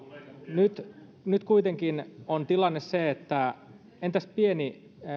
nyt nyt kuitenkin on tilanne se että entäs